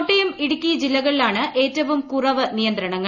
കോട്ടയം ഇടുക്കി ജില്ലകളിലാണ് ഏറ്റവും കുറവ് നിയന്ത്രണങ്ങൾ